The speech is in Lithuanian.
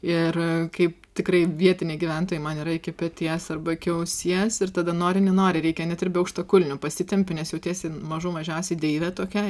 ir kaip tikrai vietiniai gyventojai man yra iki peties arba iki ausies ir tada nori nenori reikia net ir be aukštakulnių pasitempi nes jautiesi mažų mažiausiai deive tokia